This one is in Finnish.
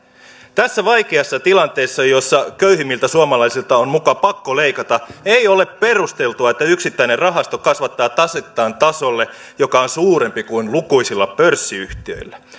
tässä vaikeassa tilanteessa jossa köyhimmiltä suomalaisilta on muka pakko leikata ei ole perusteltua että yksittäinen rahasto kasvattaa tasettaan tasolle joka on suurempi kuin lukuisilla pörssiyhtiöillä